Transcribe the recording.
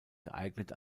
geeignet